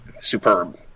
superb